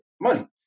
money